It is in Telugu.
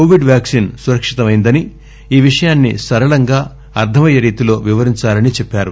కోవిడ్ వ్యాక్పిన్ సురక్షితమైందని ఈ విషయాన్ని సరళంగా అర్టం అయ్యేరీతిలో వివరించాలనీ చెప్పారు